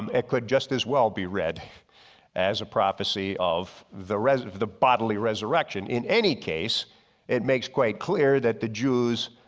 um it could just as well be read as a prophecy of the resident of the bodily resurrection. in any case it makes quite clear that the jews,